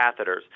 catheters